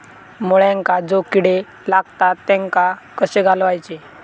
मुळ्यांका जो किडे लागतात तेनका कशे घालवचे?